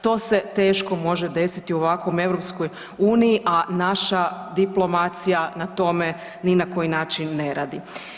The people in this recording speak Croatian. To se teško može desiti u ovakvoj EU, a naša diplomacija na tome ni na koji način ne radi.